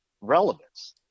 relevance